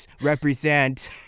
represent